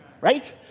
Right